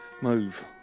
Move